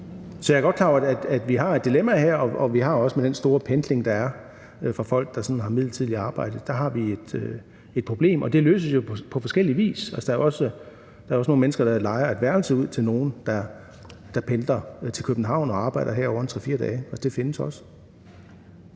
Så jeg er godt klar over, at vi har et dilemma her, og at vi også har et problem med, at folk, der har midlertidigt arbejde, i så høj grad skal pendle, og det løses jo på forskellig vis. Der er også nogle mennesker, der lejer et værelse ud til folk, der pendler til København og arbejder her over 3-4 dage. Det findes også.